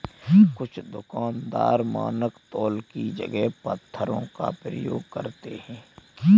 कुछ दुकानदार मानक तौल की जगह पत्थरों का प्रयोग करते हैं